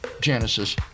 Genesis